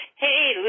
Hey